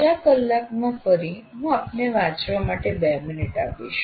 બીજ કલાકમાં ફરી હું આપને વાંચવા માટે 2 મિનિટ આપીશ